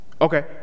Okay